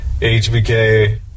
HBK